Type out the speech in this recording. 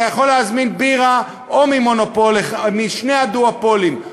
אתה יכול להזמין בירה משני הדואופולים,